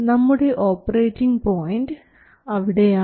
നമ്മുടെ operating point അവിടെയാണ്